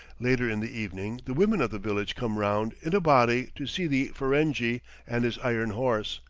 later in the evening the women of the village come round in a body to see the ferenghi and his iron horse,